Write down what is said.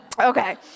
okay